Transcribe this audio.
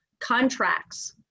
contracts